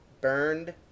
burned